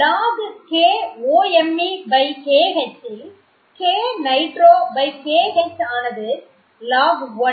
logK OMeKH இல் KNitroKH ஆனது log1